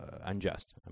unjust